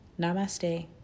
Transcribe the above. Namaste